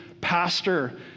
pastor